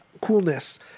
coolness